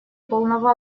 полного